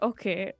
Okay